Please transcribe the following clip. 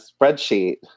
spreadsheet